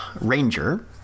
ranger